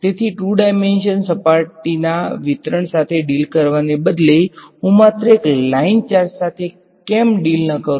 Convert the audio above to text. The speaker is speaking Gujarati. તેથી 2 ડાઈમેંશન સપાટીના વિતરણ સાથે ડિલ કરવાને બદલે હું માત્ર એક લાઇન ચાર્જ સાથે કેમ ડીલ ન કરું